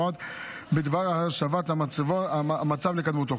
הוראות בדבר השבת המצב לקדמותו,